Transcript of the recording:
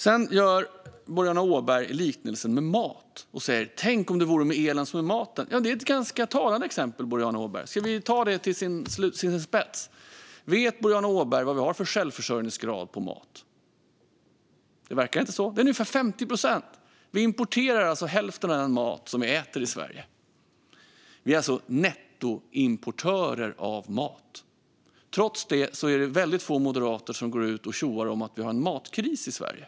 Boriana Åberg gjorde en liknelse med mat och sa: Tänk om det vore med elen som med maten! Det är ett ganska talande exempel, Boriana Åberg - ska vi ta det till sin spets? Vet Boriana Åberg vilken självförsörjningsgrad vi har på mat? Det verkar inte så. Den är ungefär 50 procent - vi importerar alltså hälften av den mat som vi äter i Sverige. Vi är alltså nettoimportör av mat. Trots det är det väldigt få moderater som går ut och tjoar om att vi har en matkris i Sverige.